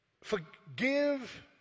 forgive